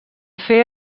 fer